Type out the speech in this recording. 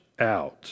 out